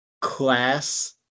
class